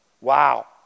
Wow